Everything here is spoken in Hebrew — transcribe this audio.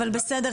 אבל בסדר.